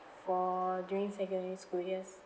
for during secondary school years